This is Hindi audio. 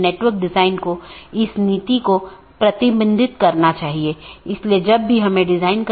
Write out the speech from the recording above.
अगर हम पिछले व्याख्यान या उससे पिछले व्याख्यान में देखें तो हमने चर्चा की थी